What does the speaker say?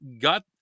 got